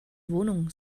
wohnung